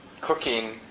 cooking